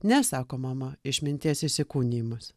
ne sako mama išminties įsikūnijimas